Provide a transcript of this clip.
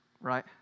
Right